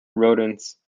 rodents